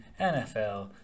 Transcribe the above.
NFL